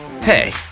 Hey